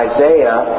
Isaiah